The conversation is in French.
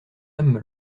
âme